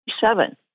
seven